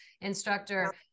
instructor